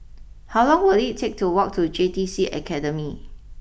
how long will it take to walk to J T C Academy